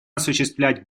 осуществлять